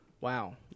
Wow